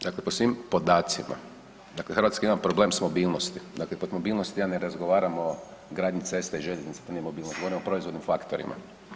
Dakle, po svim podacima, dakle Hrvatska ima problem s mobilnosti, dakle pod mobilnosti ja ne razgovaram o gradnji ceste i željeznice to nije mobilnost moramo o proizvodnim faktorima.